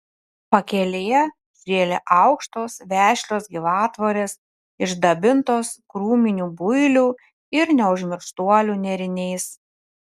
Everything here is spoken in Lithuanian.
pakelėje žėlė aukštos vešlios gyvatvorės išdabintos krūminių builių ir neužmirštuolių nėriniais